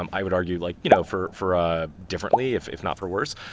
um i would argue like you know for for ah differently, if if not for worse,